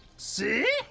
see,